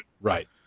Right